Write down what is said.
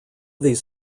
these